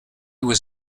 was